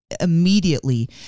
immediately